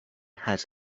has